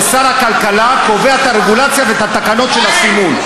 ששר הכלכלה קובע את הרגולציה ואת התקנות של הסימון.